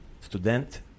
Student